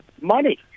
money